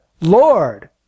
Lord